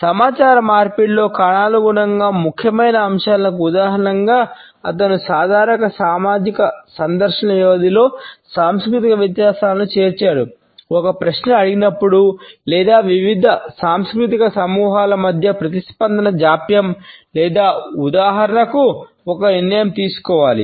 సమాచార మార్పిడిలో కాలానుగుణంగా ముఖ్యమైన అంశాలకు ఉదాహరణలుగా అతను సాధారణ సామాజిక సందర్శనల వ్యవధిలో సాంస్కృతిక వ్యత్యాసాలను చేర్చాడు ఒక ప్రశ్న అడిగినప్పుడు లేదా వివిధ సాంస్కృతిక సమూహాల మధ్య ప్రతిస్పందన జాప్యం లేదా ఉదాహరణకు ఒక నిర్ణయం తీసుకోవాలి